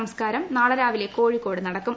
സംസ്കാരം നാളെ രാവിലെ കോഴിക്കോട് നടക്കും